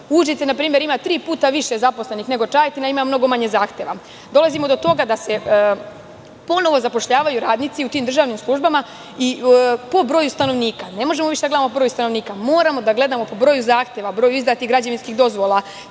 Užice, na primer ima tri puta zaposlenih, nego Čajetima, ima mnogo manje zahteva. Dolazimo do toga da se ponovo zapošljavaju radnici u tim državnim službama po broju stanovnika. Ne možemo više da gledamo broj stanovnika. Moramo da gledamo po broju zahteva, broju izdatih građevinskih dozvola.